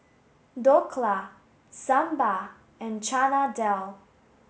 Dhokla Sambar and Chana Dal